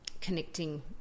connecting